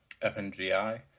FNGi